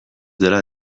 dela